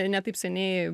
ne taip seniai